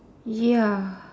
ya